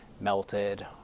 Melted